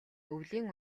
өвлийн